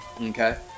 Okay